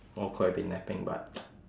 or could have been napping but